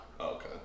Okay